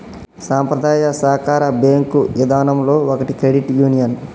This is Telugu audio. సంప్రదాయ సాకార బేంకు ఇదానంలో ఒకటి క్రెడిట్ యూనియన్